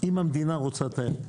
אם המדינה רוצה תיירות.